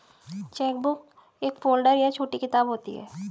chequebook एक folder या छोटी किताब होती है